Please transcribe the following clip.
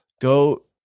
Go